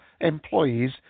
employees